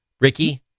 Ricky